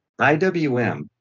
iwm